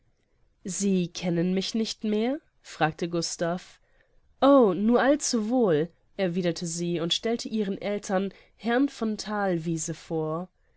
sie kennen mich nicht mehr fragte gustav o nur allzuwohl erwiderte sie und stellte ihren eltern herrn von thalwiese vor